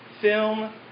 Film